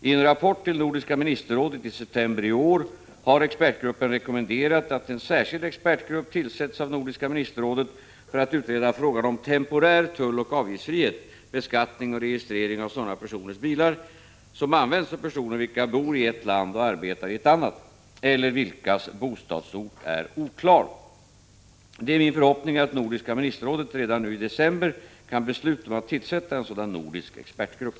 I en rapport till nordiska ministerrådet i september i år har expertgruppen rekommenderat att en särskild expertgrupp tillsätts av nordiska ministerrådet för att utreda frågan om temporär tulloch avgiftsfrihet, beskattning och registrering av sådana personers bilar som används av personer, vilka bor i ett land och arbetar i ett annat eller vilkas bostadsort är oklar. Det är min förhoppning att nordiska ministerrådet redan nu i december kan besluta om att tillsätta en sådan nordisk expertgrupp.